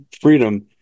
freedom